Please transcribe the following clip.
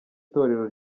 torero